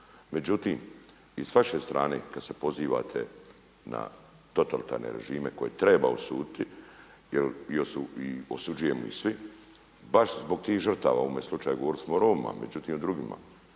Međutim, i s vaše strane kada se pozivate na totalitarne režime koje treba osuditi jer i osuđujemo ih svi, baš zbog tih žrtava, u ovome slučaju govorili smo o Romima međutim i o drugima,